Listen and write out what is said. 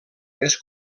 més